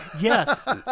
Yes